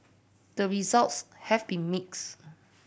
the results have been mixed